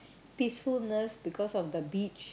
peacefulness because of the beach